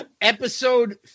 episode